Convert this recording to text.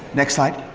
next slide.